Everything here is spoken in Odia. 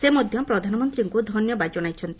ସେ ମଧ୍ୟ ପ୍ରଧାନମନ୍ତୀଙ୍କୁ ଧନ୍ୟବାଦ ଜଶାଇଛନ୍ତି